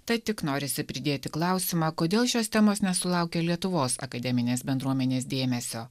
tad tik norisi pridėti klausimą kodėl šios temos nesulaukė lietuvos akademinės bendruomenės dėmesio